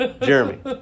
Jeremy